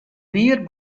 wier